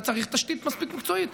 אתה צריך תשתית מספיק מקצועית.